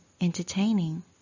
entertaining